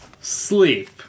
Sleep